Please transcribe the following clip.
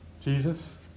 Jesus